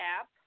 app